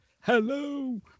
hello